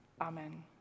Amen